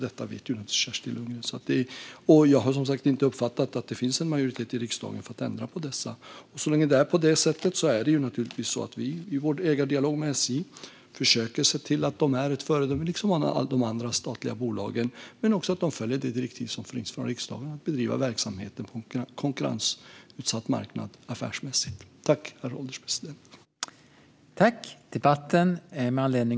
Detta vet förstås Kerstin Lundgren. Jag har som sagt inte uppfattat att det finns en majoritet i riksdagen för att ändra på dessa. Så länge det är på det sättet försöker vi naturligtvis att i vår ägardialog med SJ se till att de, liksom alla andra statliga bolag, är ett föredöme och att de följer det direktiv som finns från riksdagen om att bedriva verksamheten affärsmässigt på en konkurrensutsatt marknad.